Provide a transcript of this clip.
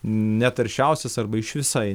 netaršiausias arba iš visai